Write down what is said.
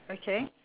okay